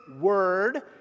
Word